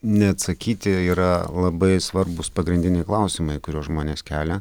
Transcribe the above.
neatsakyti yra labai svarbūs pagrindiniai klausimai kuriuos žmonės kelia